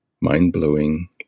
mind-blowing